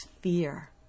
fear